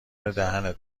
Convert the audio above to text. دهنت